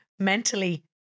mentally